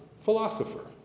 philosopher